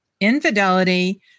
infidelity